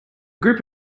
group